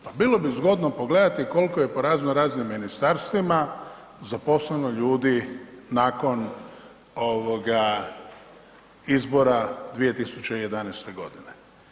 Pa bilo bi zgodno pogledati koliko je po razno raznim ministarstvima zaposleno ljudi nakon ovoga izbora 2011. godine.